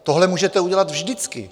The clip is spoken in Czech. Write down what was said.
Tohle můžete udělat vždycky.